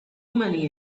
many